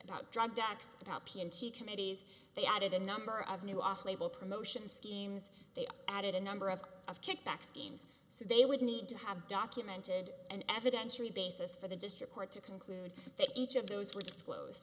committees they added a number of new off label promotion schemes they added a number of of kickback schemes so they would need to have documented an evidentiary basis for the district court to conclude that each of those would disclose